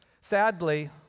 Sadly